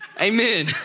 Amen